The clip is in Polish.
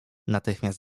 natychmiast